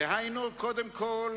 דהיינו, קודם כול